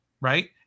right